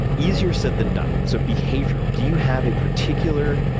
easier said than done. so behavioral. do you have a particular